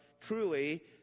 truly